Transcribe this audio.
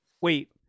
Wait